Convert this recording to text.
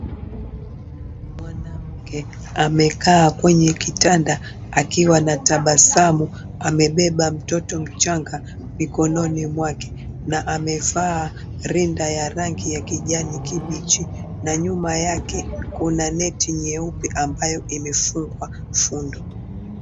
Mwanamke amekaa kwenye kitanda akiwa anatabasamu amebeba mtoto mchanga mikononi mwake na amevaa rinda ya rangi ya kijani kibichi na nyuma yake kuna neti nyeupe ambayo imefungwa fundo.